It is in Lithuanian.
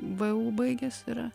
vu baigęs yra